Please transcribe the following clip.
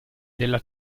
della